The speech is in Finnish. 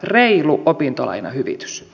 reilu opintolainahyvitys